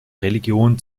religion